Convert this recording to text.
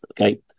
Okay